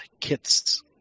Kit's